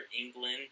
England